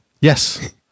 Yes